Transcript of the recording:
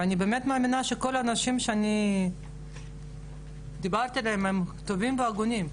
אני באמת מאמינה שכל האנשים שאני דיברתי עליהם הם טובים והגונים,